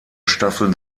staffeln